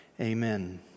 amen